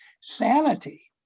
sanity